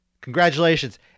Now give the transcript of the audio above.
Congratulations